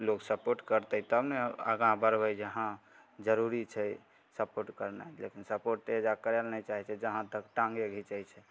लोक सपोर्ट करतै तब ने आगाँ बढ़बै जे हँ जरूरी छै सपोर्ट करनाइ लेकिन सपोर्ट तऽ अइजा करैले नहि चाहै छै जहाँतक टाँगे घिचै छै